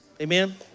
amen